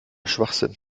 schwachsinn